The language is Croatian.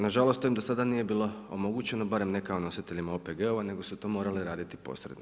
Na žalost to im do sada nije bilo omogućeno barem ne kao nositeljima OPG-ova, nego su to morali raditi posredno.